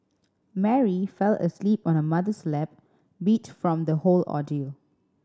Mary fell asleep on her mother's lap beat from the whole ordeal